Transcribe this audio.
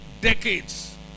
decades